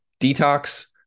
detox